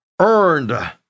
earned